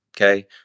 Okay